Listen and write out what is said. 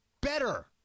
better